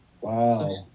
Wow